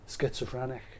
schizophrenic